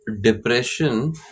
depression